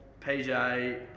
PJ